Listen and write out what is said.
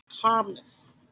calmness